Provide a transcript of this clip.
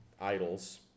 Idols